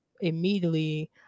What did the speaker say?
immediately